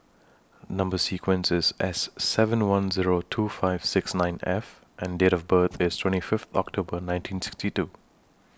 Number sequence IS S seven one Zero two five six nine F and Date of birth IS twenty Fifth October nineteen sixty two